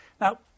now